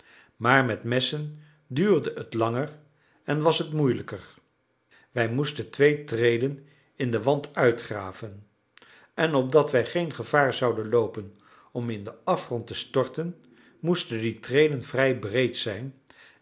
maar met messen duurde het langer en was het moeilijker wij moesten twee treden in den wand uitgraven en opdat wij geen gevaar zouden loopen om in den afgrond te storten moesten die treden vrij breed zijn